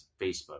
Facebook